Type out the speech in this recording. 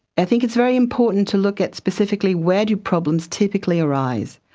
i think it's very important to look at specifically where do problems typically arise.